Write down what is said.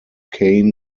cain